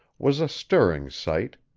was a stirring sight.